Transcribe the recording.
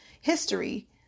history